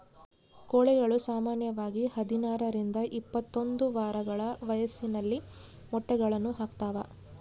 ಕೋಳಿಗಳು ಸಾಮಾನ್ಯವಾಗಿ ಹದಿನಾರರಿಂದ ಇಪ್ಪತ್ತೊಂದು ವಾರಗಳ ವಯಸ್ಸಿನಲ್ಲಿ ಮೊಟ್ಟೆಗಳನ್ನು ಹಾಕ್ತಾವ